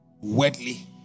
Wetly